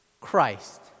Christ